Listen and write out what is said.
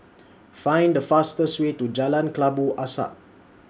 Find The fastest Way to Jalan Kelabu Asap